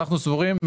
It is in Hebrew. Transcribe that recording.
אנחנו סבורים,